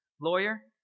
Lawyer